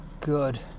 good